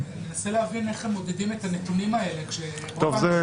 איך הם מודדים את הנתונים האלה --- אם